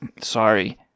Sorry